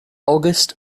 august